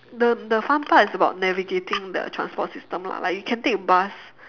the the fun part is about navigating the transport system lah like you can take bus